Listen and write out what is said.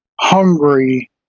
hungry